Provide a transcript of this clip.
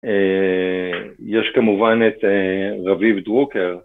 יש כמובן את רביב דרוקר